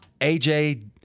aj